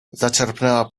zaczerpnęła